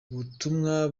ubutumwa